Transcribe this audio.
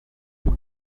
più